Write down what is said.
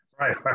Right